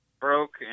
broke